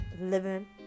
living